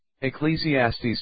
Ecclesiastes